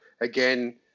Again